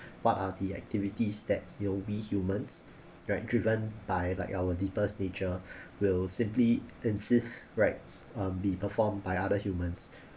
what are the activities that you know we humans right driven by like our deepest nature will simply insist right um be performed by other humans